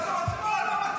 ואז אתה אומר: לא,